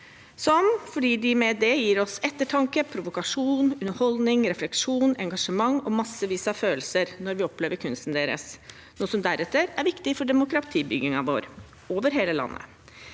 sitt virke, for det gir oss ettertanke, provokasjon, underholdning, refleksjon, engasjement og massevis av følelser når vi oppleve kunsten deres, noe som deretter er viktig for demokratibyggingen over hele landet.